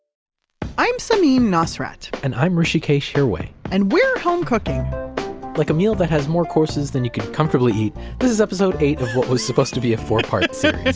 i'm samin nosrat and i'm hrishikesh hirway and we're home cooking like a meal that has more courses than you can comfortably eat this is episode eight of what was supposed to be a four-part so series